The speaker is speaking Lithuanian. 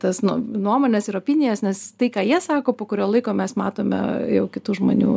tas nu nuomones ir opinijas nes tai ką jie sako kurio laiko mes matome jau kitų žmonių